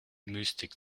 mystik